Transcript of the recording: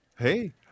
Hey